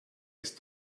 ist